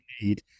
need